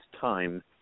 time